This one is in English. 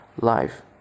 life